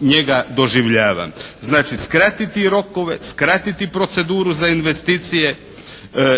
njega doživljava. Znači, skratiti rokove, skratiti proceduru za investicije.